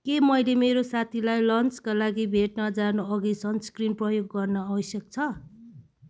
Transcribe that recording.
के मैले मेरो साथीलाई लन्चका लागि भेट्न जानुअघि सनस्क्रिन प्रयोग गर्न आवश्यक छ